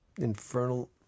infernal